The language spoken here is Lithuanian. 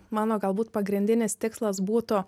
mano galbūt pagrindinis tikslas būtų